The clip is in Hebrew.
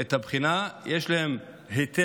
את הבחינה, יש להם היתר,